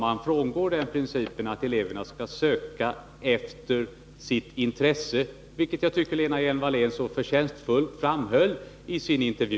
Man frångår principen att eleverna skall söka efter sitt intresse, och den principen tyckte jag att Lena Hjelm-Wallén förtjänstfullt framhöll i sin intervju.